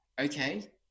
okay